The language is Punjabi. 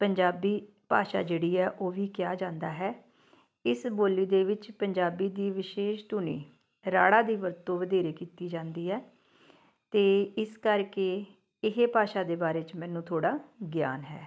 ਪੰਜਾਬੀ ਭਾਸ਼ਾ ਜਿਹੜੀ ਹੈ ਉਹ ਵੀ ਕਿਹਾ ਜਾਂਦਾ ਹੈ ਇਸ ਬੋਲੀ ਦੇ ਵਿੱਚ ਪੰਜਾਬੀ ਦੀ ਵਿਸ਼ੇਸ਼ ਧੁਨੀ ਰਾੜਾ ਦੀ ਵਰਤੋਂ ਵਧੇਰੇ ਕੀਤੀ ਜਾਂਦੀ ਹੈ ਅਤੇ ਇਸ ਕਰਕੇ ਇਹ ਭਾਸ਼ਾ ਦੇ ਬਾਰੇ 'ਚ ਮੈਨੂੰ ਥੋੜ੍ਹਾ ਗਿਆਨ ਹੈ